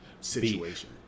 situation